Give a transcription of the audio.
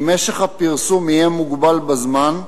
כי משך הפרסום יהיה מוגבל בזמן,